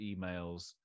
emails